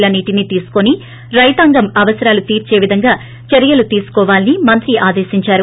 ల నీటిని తీసుకుని రైతాంగం అవసరాలు తీర్చే విధంగా చర్యలు తీసుకోవాలని మంత్రి ఆదేశించారు